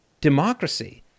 democracy